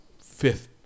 fifth